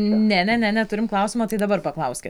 ne ne ne neturim klausimo tai dabar paklauskit